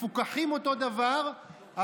מפוקחים אותו דבר,